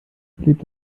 belebt